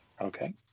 Okay